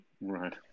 Right